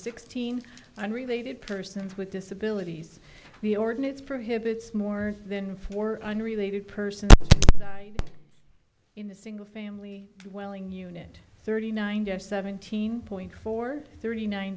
sixteen unrelated persons with disabilities the ordinance prohibits more than four unrelated persons in a single family dwelling unit thirty nine seventeen point four thirty nine